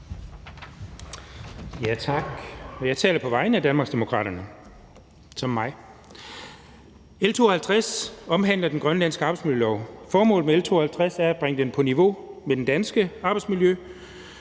Tak. Jeg taler på vegne af Danmarksdemokraterne som mig. L 52 omhandler den grønlandske arbejdsmiljølov. Formålet med L 52 er at bringe den på niveau med den danske.